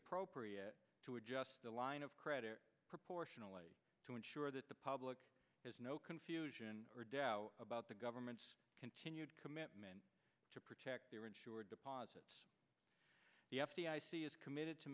appropriate to adjust the line of credit proportionally to ensure that the public has no confusion or doubt about the government's continued commitment to protect their insured deposits the f d i c is committed to